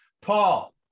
Paul